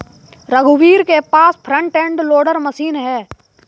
रघुवीर के पास फ्रंट एंड लोडर मशीन है